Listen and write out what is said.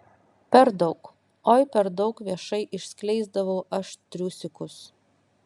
per daug oi per daug viešai išskleisdavau aš triusikus